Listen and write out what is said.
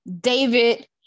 David